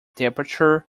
departure